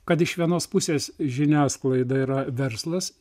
kad iš vienos pusės žiniasklaida yra verslas